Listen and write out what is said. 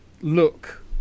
look